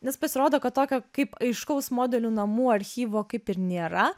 nes pasirodo kad tokio kaip aiškaus modelių namų archyvo kaip ir nėra